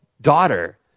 daughter